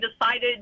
decided